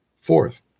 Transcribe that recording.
Fourth